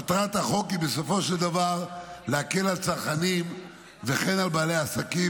מטרת החוק היא בסופו של דבר להקל על צרכנים וכן על בעלי עסקים,